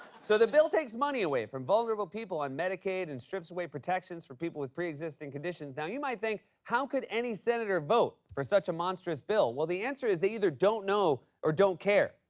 so the bill takes money away from vulnerable people on medicaid and strips away protections for people with preexisting conditions. now, you might think, how could any senator vote for such a monstrous bill? well, the answer is, they either don't know or don't care.